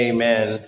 Amen